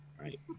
Right